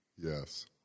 Yes